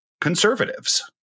conservatives